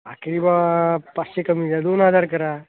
आखरी बा पाचशे कमी द्या दोन हजार करा